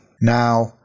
Now